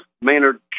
Maynard